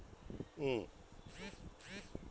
mm